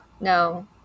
no